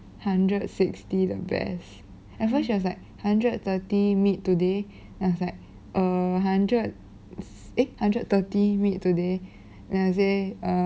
hundred sixty the best at first she was like hundred thirty meet today then I was like err hundred eh hundred thirty meet today then I say err